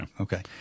okay